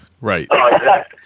Right